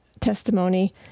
testimony